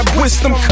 wisdom